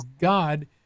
God